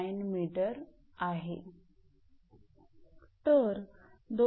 9 𝑚 आहे